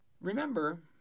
Remember